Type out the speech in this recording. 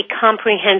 comprehensive